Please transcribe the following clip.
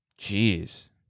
Jeez